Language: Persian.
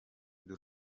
دور